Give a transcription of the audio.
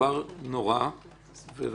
אני נותנת דוגמאות שניתנו לי אתמול: גבר